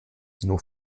nur